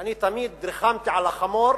ואני תמיד ריחמתי על החמור